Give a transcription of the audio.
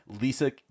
Lisa